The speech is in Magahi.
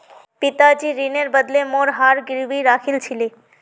पिताजी ऋनेर बदले मोर हार गिरवी राखिल छिले